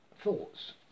thoughts